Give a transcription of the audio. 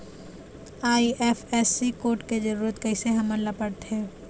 IFSC code के जरूरत कैसे हमन ला पड़थे?